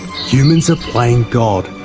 humans are playing god.